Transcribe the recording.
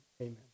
Amen